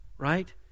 right